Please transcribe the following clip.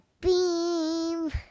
beam